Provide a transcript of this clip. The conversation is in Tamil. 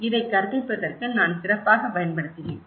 இதை கற்பிப்பதற்கு நான் சிறப்பாகப் பயன்படுத்தினேன்